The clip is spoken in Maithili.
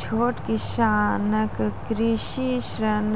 छोट किसानक कृषि ॠण